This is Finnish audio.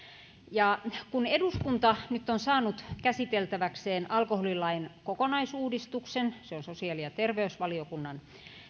ja kun eduskunta nyt on saanut käsiteltäväkseen alkoholilain kokonaisuudistuksen se on sosiaali ja terveysvaliokunnan